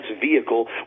vehicle